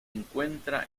encuentra